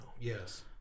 Yes